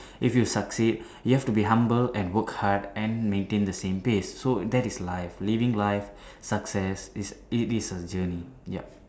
if you succeed you have to be humble and work hard and maintain the same pace so that is life living live success it is a journey yup